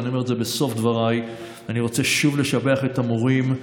ואני אומר את זה בסוף דבריי: אני רוצה שוב לשבח את המורים,